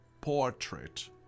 portrait